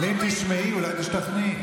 אם תשמעי אולי תשתכנעי.